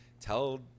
Tell